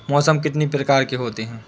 मौसम कितनी प्रकार के होते हैं?